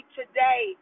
today